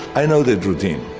i know that routine.